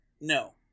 No